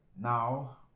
Now